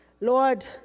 Lord